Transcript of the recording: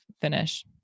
finish